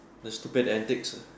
the stupid antics ah